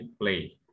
play